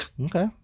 Okay